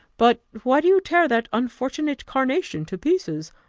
but why do you tear that unfortunate carnation to pieces?